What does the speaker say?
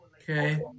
Okay